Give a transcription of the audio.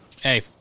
Hey